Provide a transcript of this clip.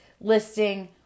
listing